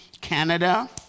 Canada